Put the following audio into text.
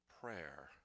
prayer